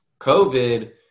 covid